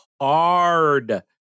hard